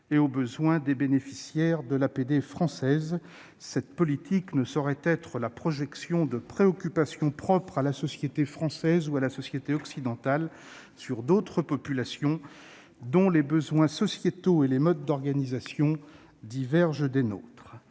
et aux besoins des bénéficiaires de l'APD française. Cette politique ne saurait être la projection de préoccupations propres à la société française et occidentale sur d'autres populations, dont les besoins sociétaux et les modes d'organisation divergent des nôtres.